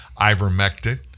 ivermectin